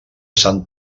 sant